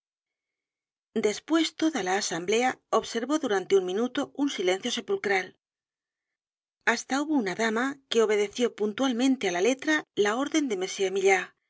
después toda la asamblea observó durante un minuto un silencio sepulcral hasta hubo una dama que obedeció puntualmente á la letra la orden de m